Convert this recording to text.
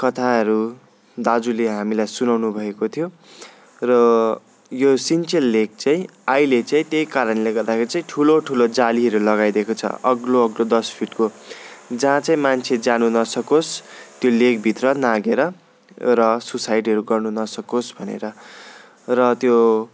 कथाहरू दाजुले हामीलाई सुनाउनु भएको थियो र यो सिन्चेल लेक चाहिँ अहिले चाहिँ त्यही कारणले गर्दाखेरि चाहिँ ठुलो ठुलो जालीहरू लगाइदिएको छ अग्लो अग्लो दस फिटको जहाँ चाहिँ मान्छे जानु न सकोस् त्यो लेकभित्र नाघेर र सुसाइडहरू गर्नु नसकोस् भनेर र त्यो